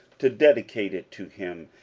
to dedicate it to him,